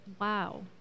Wow